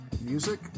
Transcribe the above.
Music